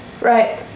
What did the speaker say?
right